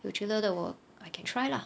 我觉得得我 I can try lah